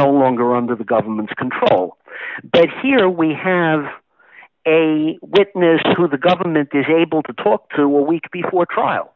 no longer under the government's control but here we have a witness who the government is able to talk to a week before trial